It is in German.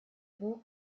hohe